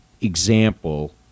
example